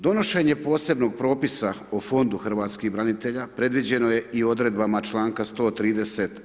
Donošenje posebnog Propisa o Fondu hrvatskih branitelja predviđeno je i odredbama članka 130.